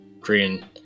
Korean